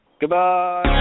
Goodbye